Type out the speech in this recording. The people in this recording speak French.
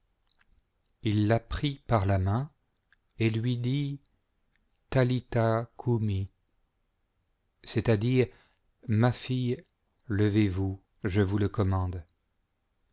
il la prit par la main et lui dit talitha cumi c'est-àdire ma file levez-vous je vous le commande